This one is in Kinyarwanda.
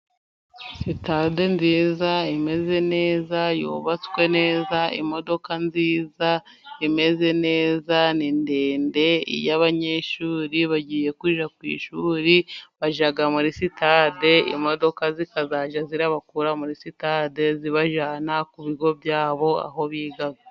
Sitade nziza, imeze neza, yubatswe neza, imodoka nziza, imeze neza, ni ndende iyo abanyeshuri bagiye kujya ku ishuri bajya muri sitade, imodoka zikajya zibakura muri sitade zibajyana ku bigo byabo, aho biga.